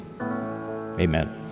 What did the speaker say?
amen